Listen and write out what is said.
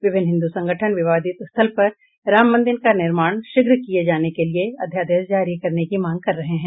विभिन्न हिन्दू संगठन विवादित स्थल पर राम मंदिर का निर्माण शीघ्र किए जाने के लिए अध्यादेश जारी करने की मांग कर रहे हैं